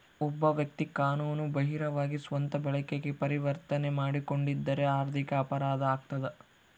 ಒಬ್ಬ ವ್ಯಕ್ತಿ ಕಾನೂನು ಬಾಹಿರವಾಗಿ ಸ್ವಂತ ಬಳಕೆಗೆ ಪರಿವರ್ತನೆ ಮಾಡಿಕೊಂಡಿದ್ದರೆ ಆರ್ಥಿಕ ಅಪರಾಧ ಆಗ್ತದ